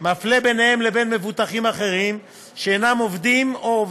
מפלה ביניהם לבין מבוטחים אחרים שאינם עובדים או הם